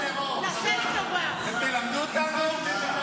התרבות והספורט נתקבלה.